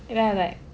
and then I'm like